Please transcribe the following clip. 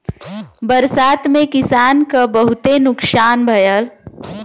बरसात में किसान क बहुते नुकसान भयल